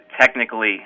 technically